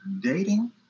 dating